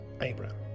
Abraham